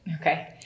Okay